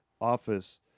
office